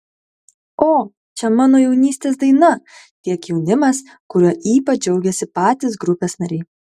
o čia mano jaunystės daina tiek jaunimas kuriuo ypač džiaugiasi patys grupės nariai